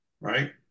right